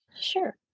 Sure